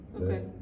Okay